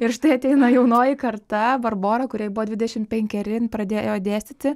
ir štai ateina jaunoji karta barbora kuriai buvo dvidešim penkeri jin pradėjo dėstyti